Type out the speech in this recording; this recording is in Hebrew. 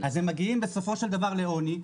אז הם מגיעים בסופו של דבר לעוני,